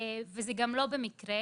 ולכן,